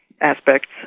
aspects